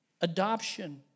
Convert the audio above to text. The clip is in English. adoption